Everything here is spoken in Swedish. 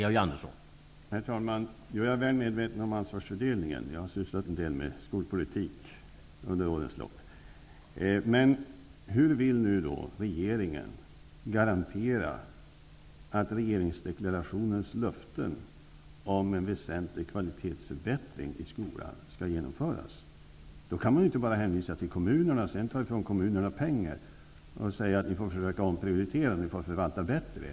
Herr talman! Jag är väl medveten om ansvarsfördelningen, eftersom jag har sysslat en del med skolpolitik under årens lopp. Men hur vill nu regeringen garantera regeringsdeklarationens löften om att en väsentlig kvalitetsförbättring skall genomföras i skolan? Då kan man ju inte bara hänvisa till kommunerna och sedan ta ifrån kommunerna pengar och säga att de får försöka omprioritera och förvalta bättre.